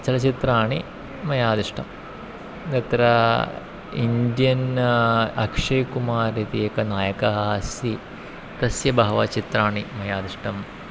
चलच्चित्राणि मया दष्टानि तत्र इण्डियन् अक्षय्कुमार् इति एकः नायकः अस्ति तस्य बहूनि चित्राणि मया दृष्टानि